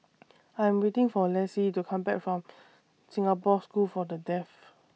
I Am waiting For Lessie to Come Back from Singapore School For The Deaf